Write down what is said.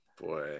Boy